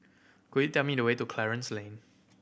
could you tell me the way to Clarence Lane